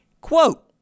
quote